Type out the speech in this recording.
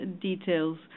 details